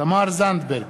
תמר זנדברג,